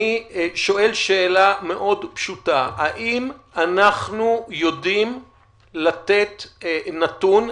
אני שואל שאלה מאוד פשוטה: האם אנחנו יודעים לתת נתון,